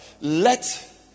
let